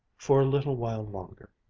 for a little while longer,